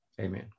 amen